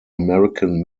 american